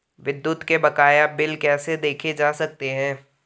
विद्युत के बकाया बिल कैसे देखे जा सकते हैं?